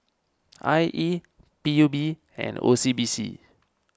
I E P U B and O C B C